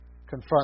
confront